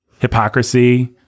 hypocrisy